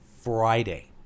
Friday